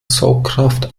saugkraft